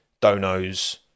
donos